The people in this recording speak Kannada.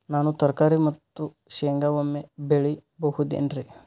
ನಾನು ತರಕಾರಿ ಮತ್ತು ಶೇಂಗಾ ಒಮ್ಮೆ ಬೆಳಿ ಬಹುದೆನರಿ?